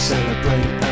Celebrate